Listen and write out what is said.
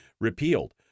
repealed